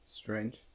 strange